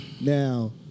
Now